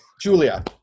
Julia